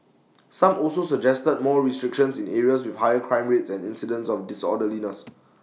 some also suggested more restrictions in areas with higher crime rates and incidents of disorderliness